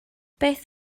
beth